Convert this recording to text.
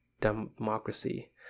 democracy